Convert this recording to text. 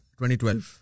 2012